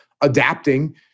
adapting